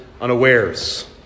unawares